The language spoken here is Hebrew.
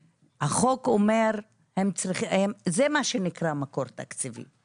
זה מה שנקרא מקור תקציבי.